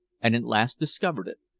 and at last discovered it.